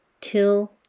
till